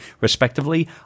respectively